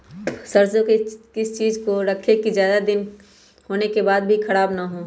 सरसो को किस चीज में रखे की ज्यादा दिन होने के बाद भी ख़राब ना हो?